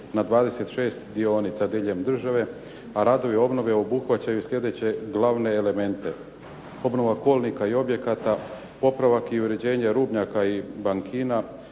na 26 dionica diljem države. A radovi obnove obuhvaćaju sljedeće glavne elemente: obnova kolnika i objekata, popravak i uređenje rubnjaka i bankina,